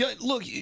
Look